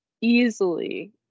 easily